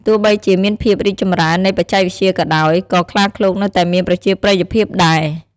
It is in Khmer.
ទោះបីជាមានភាពរីកចម្រើននៃបច្ចេកវិទ្យាក៏ដោយ ក៏ខ្លាឃ្លោកនៅតែមានប្រជាប្រិយភាពដែរ។